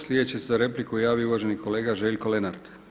Sljedeći se za repliku javio uvaženi kolega Željko Lenart.